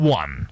one